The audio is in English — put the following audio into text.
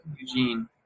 Eugene